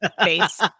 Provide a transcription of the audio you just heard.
face